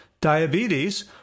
diabetes